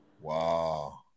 Wow